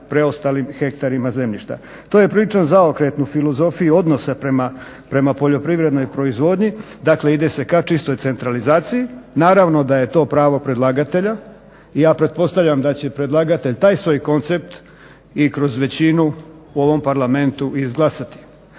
preostalim hektarima zemljišta. To je priča zaokret u filozofiji odnose prema poljoprivrednoj proizvodnji dakle ide se k čistoj centralizaciji. Naravno da je to pravo predlagatelja i ja pretpostavljam da će predlagatelj taj svoj koncept i kroz većinu u ovom Parlamentu i izglasati.